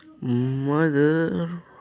Mother